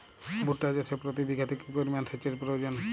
ভুট্টা চাষে প্রতি বিঘাতে কি পরিমান সেচের প্রয়োজন?